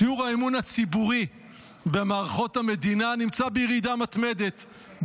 שיעור האמון הציבורי במערכות המדינה נמצא בירידה מתמדת,